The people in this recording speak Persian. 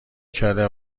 کرده